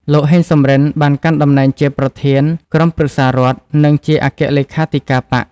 លោក ហេង សំរិន បានកាន់តំណែងជាប្រធានក្រុមប្រឹក្សារដ្ឋ និងជាអគ្គលេខាធិការបក្ស។